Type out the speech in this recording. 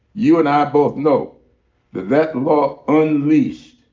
you and i both know that that law unleashed